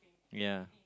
ya